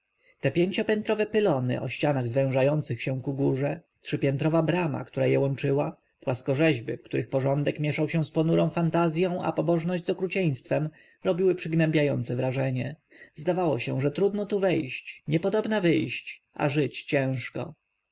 te pięciopiętrowe pylony o ścianach zwężających się ku górze trzypiętrowa brama która je łączyła płaskorzeźby w których porządek mieszał się z ponurą fantazją a pobożność z okrucieństwem robiły przygnębiające wrażenie zdawało się że trudno tu wejść niepodobna wyjść a żyć ciężko